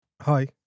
Hi